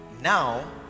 now